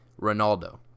Ronaldo